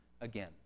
again